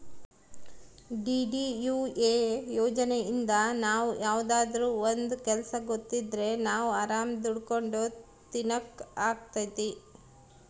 DDUA ಯೋಜನೆಇಂದ ನಾವ್ ಯಾವ್ದಾದ್ರೂ ಒಂದ್ ಕೆಲ್ಸ ಗೊತ್ತಿದ್ರೆ ನಾವ್ ಆರಾಮ್ ದುಡ್ಕೊಂಡು ತಿನಕ್ ಅಗ್ತೈತಿ